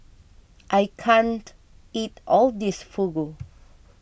I can't eat all of this Fugu